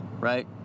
right